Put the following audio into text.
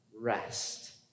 rest